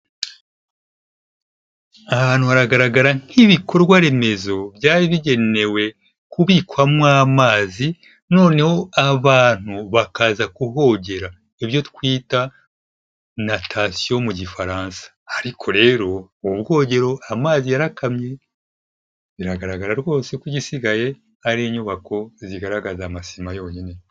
Ahantu haragaragara nk'ibikorwaremezo byari bigenewe kubikwamo amazi, noneho abantu bakaza kuhogera ibyo twita "Natation" mu gifaransa ariko rero mu bwogero amazi yarakamye biragaragara rwose ko igisigaye ari inyubako zigaragaza amasima yonyine.